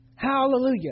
Hallelujah